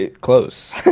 Close